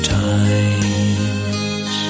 times